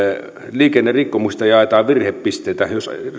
liikennerikkomuksista jaetaan virhepisteitä